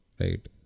Right